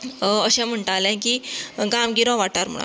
अशें म्हणटालें की गांवगिरो वाठार म्हणोन